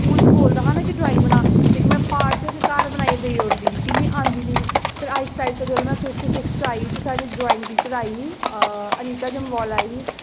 school च बोलदा हा न कि ड्राइग बनाऽ में प्हाड़ ते घर बनाइयै देई ओड़दी ही कि मीं आंदी निं ही फिर आस्तै आस्तै जिसलै में फिफ्थ सिक्स्थ च आई ते साढ़ी ड्राइंग टीचर आई ही अनीता जम्वाल आई ही